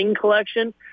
Collection